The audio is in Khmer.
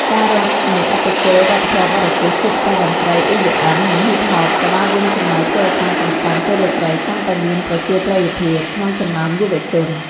ការរងនៃឥទ្ធិពលវប្បធម៌បរទេស ជាពិសេសតន្ត្រី អុីឌីអឹម (EDM) និង ហុីប ហប់ (Hip Hop) ក៏បានរួមចំណែកធ្វើឱ្យការកម្សាន្តពេលរាត្រីកាន់តែមានប្រជាប្រិយភាពក្នុងចំណោមយុវជន ។